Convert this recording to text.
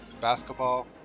basketball